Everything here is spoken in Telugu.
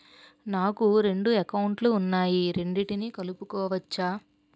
నాకు రెండు అకౌంట్ లు ఉన్నాయి రెండిటినీ కలుపుకోవచ్చా?